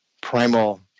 primal